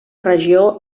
regió